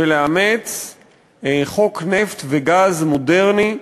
ולאמץ חוק נפט וגז מודרני,